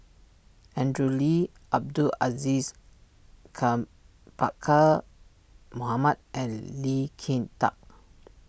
Andrew Lee Abdul Aziz come Pakkeer Mohamed and Lee Kin Tat